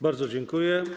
Bardzo dziękuję.